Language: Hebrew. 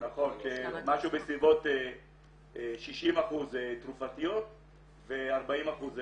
הריון -- משהו בסביבות 60% תרופתיות ו-40% כירורגיות.